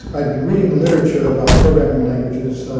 i'd been reading the literature about programming languages